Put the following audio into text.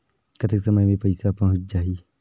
कतेक समय मे पइसा पहुंच जाही?